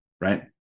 right